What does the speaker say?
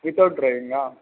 without డ్రైవింగా